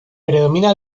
predomina